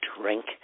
drink